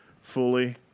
fully